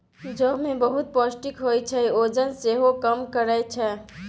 जौ मे बहुत पौष्टिक होइ छै, ओजन सेहो कम करय छै